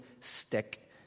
stick